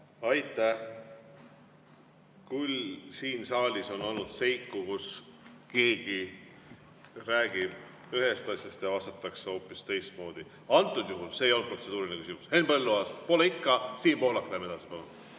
Aitäh! Siin saalis on küll olnud seiku, kus keegi räägib ühest asjast ja vastatakse hoopis teistmoodi. Antud juhul see ei olnud protseduuriline küsimus. Henn Põlluaas. Pole kohal? Siim Pohlak, lähme edasi,